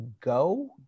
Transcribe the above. Go